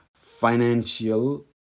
financial